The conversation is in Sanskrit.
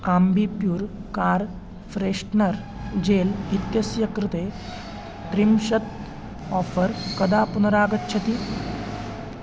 आम्बिप्यूर् कार् फ़्रेश्नर् जेल् इत्यस्य कृते त्रिंशत् ओफ़र् कदा पुनरागच्छति